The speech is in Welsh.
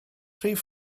rhif